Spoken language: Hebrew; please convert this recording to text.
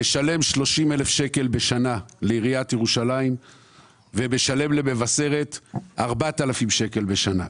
משלם 30,000 שקלים בשנה לעיריית ירושלים ומשלם למבשרת 4,000 שקלים בשנה.